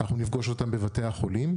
נפגוש אותם בבתי החולים,